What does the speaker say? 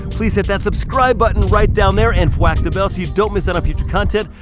please hit that subscribe button right down there and whack the bell so you don't miss out on future content.